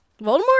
Voldemort